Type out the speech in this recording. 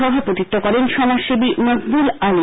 সভাপতিত্ব করেন সমাজসেবী মকবুল আলী